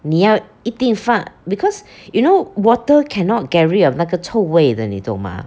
你要一定放 because you know water cannot get rid of 那个臭味的你懂吗